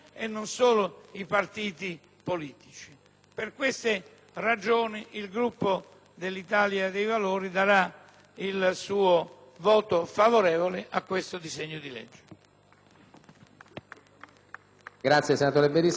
Per queste ragioni, il Gruppo dell'Italia dei Valori darà il suo voto favorevole a questo disegno di legge.